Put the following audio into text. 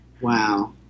Wow